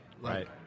Right